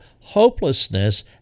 hopelessness